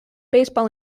baseball